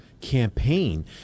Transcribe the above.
campaign